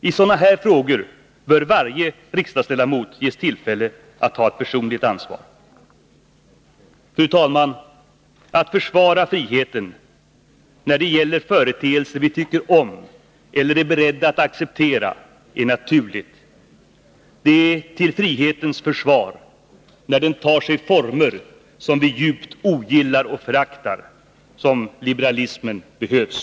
I sådana frågor bör varje riksdagsledamot ges tillfälle att ta ett personligt ansvar. Fru talman! Att försvara friheten när det gäller företeelser vi tycker om eller är beredda att acceptera är naturligt. Det är till frihetens försvar när den tar sig former som vi djupt ogillar och föraktar som liberalismen behövs.